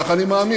כך אני מאמין,